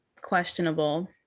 questionable